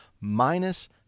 minus